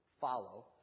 follow